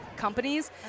companies